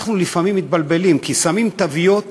אנחנו לפעמים מתבלבלים כי שמים תוויות